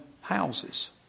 houses